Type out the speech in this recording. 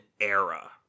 era